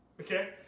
Okay